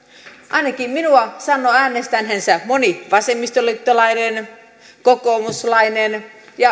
ainakin minua sanoi äänestäneensä moni vasemmistoliittolainen kokoomuslainen